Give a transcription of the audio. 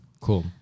Cool